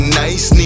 nice